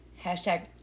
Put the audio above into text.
Hashtag